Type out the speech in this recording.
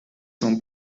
son